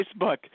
Facebook